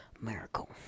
miracle